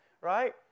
right